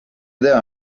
tea